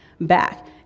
back